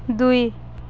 ଦୁଇ